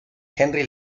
henry